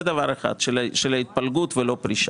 זה דבר אחד של ההתפלגות ולא פרישה.